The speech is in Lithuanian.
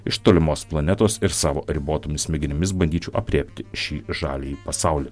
iš tolimos planetos ir savo ribotomis smegenimis bandyčiau aprėpti šį žaliąjį pasaulį